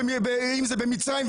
אם זה במצרים,